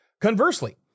Conversely